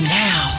now